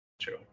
True